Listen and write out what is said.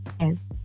Yes